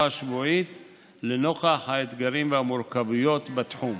השבועית לנוכח האתגרים והמורכבויות בתחום.